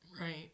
right